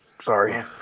Sorry